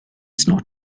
snart